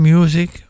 Music